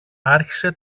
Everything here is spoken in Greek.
άρχισε